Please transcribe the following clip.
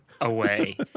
away